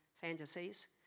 fantasies